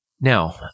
Now